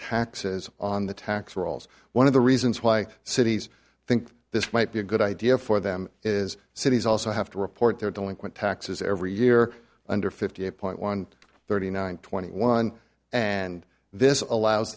taxes on the tax rolls one of the reasons why cities think this might be a good idea for them is cities also have to report their delinquent taxes every year under fifty eight point one thirty nine twenty one and this allows